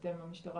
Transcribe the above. אתם המשטרה,